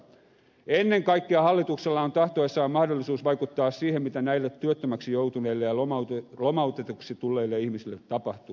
ennen kaikkea hallituksella on tahtoessaan mahdollisuus vaikuttaa siihen mitä näille työttömäksi joutuneille ja lomautetuiksi tulleille ihmisille tapahtuu